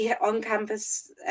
on-campus